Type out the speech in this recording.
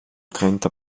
trenta